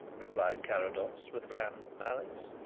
replied carrados, with bland malice.